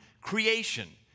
creation